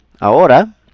Ahora